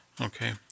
Okay